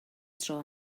tro